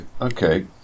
okay